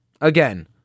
Again